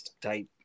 type